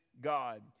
God